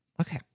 okay